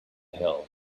hill